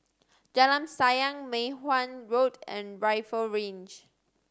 Jalan Sayang Mei Hwan Road and Rifle Range